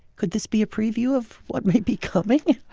could this be a preview of what may be coming?